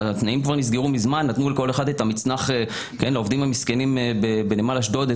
התנאים נקבעו מזמן ונתנו לכל אחד העובדים המסכנים בנמל אשדוד,